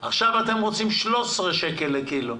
ועכשיו אתם רוצים 13 שקלים לקילו.